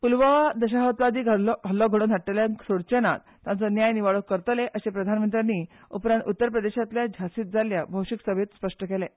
पूलवामा दहशतवादी हल्लो घडोवन हाडटल्यांक सोडचे ना तांचो न्याय निवाडो करतले अशें प्रधानमंत्र्यानी उपरांत उत्तर प्रदेशांतल्या झाशींत जाह्ने भौशिक सभेंत स्पश्ट केलें